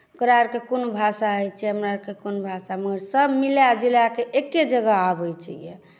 ओकरा आओरके कोनो भाषा होइत छै हमरा आओरके कोनो भाषा मगर सभ मिलाए जुलाए कऽ एके जगह आबैत छै यए